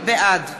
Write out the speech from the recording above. בעד